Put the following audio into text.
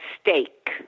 stake